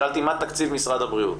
שאלתי מה תקציב משרד הבריאות.